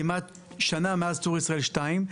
כמעט שנה מאז "צור ישראל" 2,